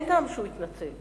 אין טעם שהוא יתנצל.